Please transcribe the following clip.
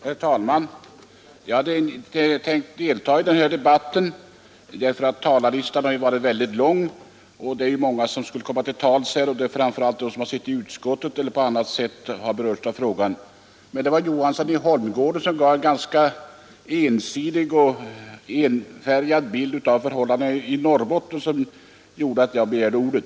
Herr talman! Jag hade inte tänkt delta i den här debatten. Talarlistan är ju väldigt lång, och många skall komma till tals här, framför allt de som har suttit i utskottet eller på annat sätt berörts av frågan. Jag begärde ordet därför att herr Johansson i Holmgården gav en ganska ensidig bild av förhållandena i Norrbotten.